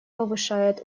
повышает